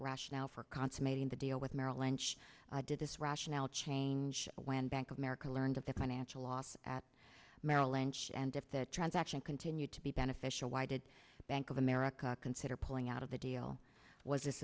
rationale for consummating the deal with merrill lynch did this rationale change when bank of america learned of the financial losses at merrill lynch and if that transaction continued to be beneficial why did bank of america consider pulling out of the deal was